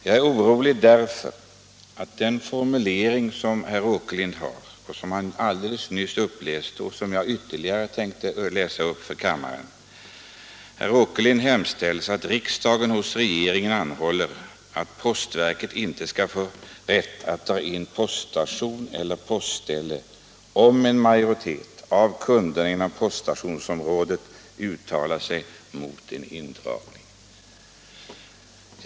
Herr Åkerlind läste nyss upp sitt yrkande, och jag tänker göra det ytterligare en gång. I herr Åkerlinds motion hemställs ”att riksdagen hos regeringen anhåller att postverket inte skall få rätt att dra in poststation eller postställe, om en majoritet av kunderna inom poststationsområdet uttalat sig mot en indragning”.